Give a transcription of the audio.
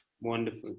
Wonderful